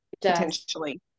potentially